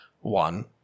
One